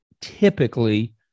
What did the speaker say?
typically